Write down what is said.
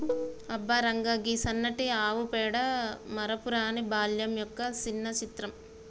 అబ్బ రంగా, గీ సన్నటి ఆవు పేడ మరపురాని బాల్యం యొక్క సిన్న చిత్రం